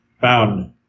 found